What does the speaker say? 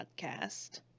podcast